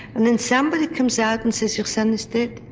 and then somebody comes out and says your son is dead.